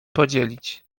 podzielić